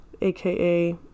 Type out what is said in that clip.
aka